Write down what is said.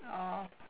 oh